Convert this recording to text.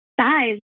size